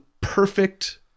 perfect